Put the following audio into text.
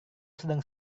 sedang